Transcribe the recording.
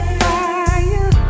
fire